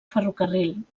ferrocarril